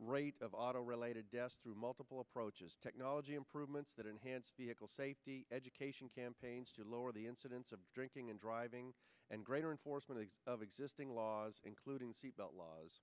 rate of auto related deaths through multiple approaches technology improvements that enhance vehicle safety education campaigns to lower the incidence of drinking and driving and greater enforcement of existing laws including seatbelt laws